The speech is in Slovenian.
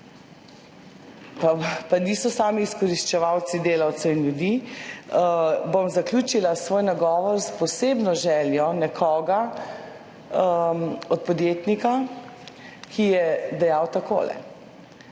Pa niso sami izkoriščevalci delavcev in ljudi. Bom zaključila svoj nagovor s posebno željo nekoga, podjetnika, ki je dejal takole: